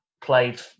played